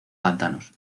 pantanos